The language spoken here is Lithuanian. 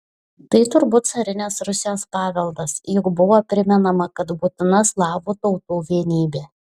tai turbūt carinės rusijos paveldas juk buvo primenama kad būtina slavų tautų vienybė